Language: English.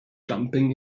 jumping